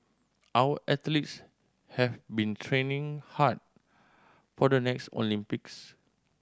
our athletes have been training hard for the next Olympics